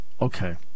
Okay